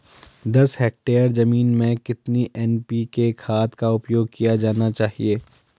दस हेक्टेयर जमीन में कितनी एन.पी.के खाद का उपयोग किया जाना चाहिए?